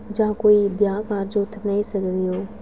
जां कोई ब्याह् कारज होए उत्थै बनाई सकदे ओ